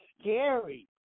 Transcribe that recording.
scary